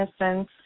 innocence